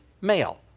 male